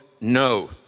no